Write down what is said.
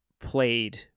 played